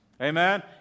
Amen